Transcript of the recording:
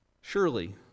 Surely